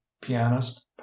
pianist